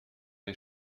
les